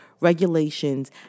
regulations